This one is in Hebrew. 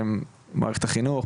שהם מערכת החינוך,